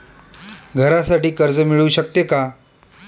घरासाठी कर्ज मिळू शकते का?